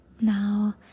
now